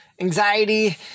anxiety